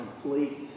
complete